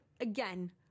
again